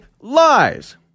lies